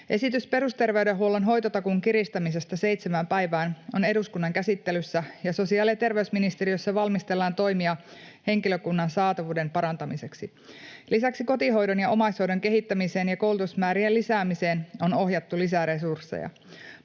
Esitys perusterveydenhuollon hoitotakuun kiristämisestä seitsemään päivään on eduskunnan käsittelyssä, ja sosiaali- ja terveysministeriössä valmistellaan toimia henkilökunnan saatavuuden parantamiseksi. Lisäksi kotihoidon ja omaishoidon kehittämiseen ja koulutusmäärien lisäämiseen on ohjattu lisäresursseja.